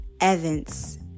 Evans